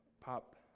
pop